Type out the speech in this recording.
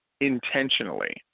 intentionally